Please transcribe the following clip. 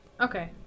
Okay